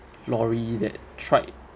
lorry that tried